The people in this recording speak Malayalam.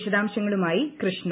വിശദാംശങ്ങളുമായി കൃഷ്ണ